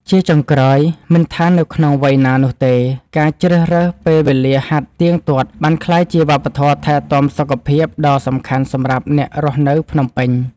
ជាចុងក្រោយ មិនថានៅក្នុងវ័យណានោះទេ ការជ្រើសរើសពេលវេលាហាត់ទៀងទាត់បានក្លាយជាវប្បធម៌ថែទាំសុខភាពដ៏សំខាន់សម្រាប់អ្នករស់នៅភ្នំពេញ។